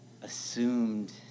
assumed